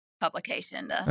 publication